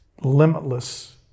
limitless